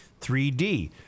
3D